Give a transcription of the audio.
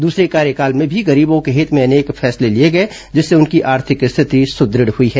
दूसरे कार्यकाल में भी गरीबों के हित में अनेक फैसले लिए गए जिससे उनकी आर्थिक स्थिति सुदृढ़ हुई है